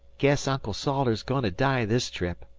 guess uncle salters's goin' to die this trip.